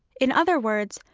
in other words,